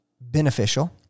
beneficial